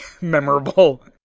memorable